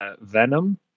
Venom